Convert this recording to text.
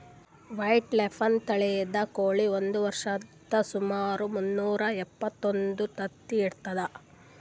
white Leghorn ತಳಿದ್ ಕೋಳಿ ಒಂದ್ ವರ್ಷದಾಗ್ ಸುಮಾರ್ ಮುನ್ನೂರಾ ಎಪ್ಪತ್ತೊಂದು ತತ್ತಿ ಇಡ್ತದ್